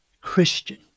Christian